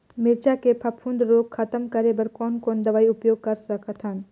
मिरचा के फफूंद रोग खतम करे बर कौन कौन दवई उपयोग कर सकत हन?